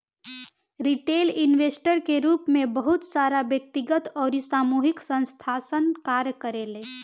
retail investor के रूप में बहुत सारा व्यक्तिगत अउरी सामूहिक संस्थासन कार्य करेले